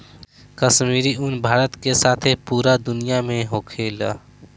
काश्मीरी उन भारत के साथे पूरा दुनिया में होखेला